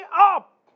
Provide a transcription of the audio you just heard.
up